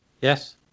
Yes